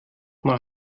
mal